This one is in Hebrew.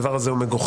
הדבר הזה מגוחך.